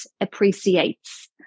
appreciates